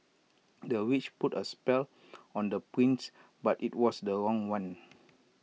the witch put A spell on the prince but IT was the wrong one